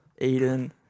Aiden